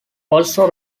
also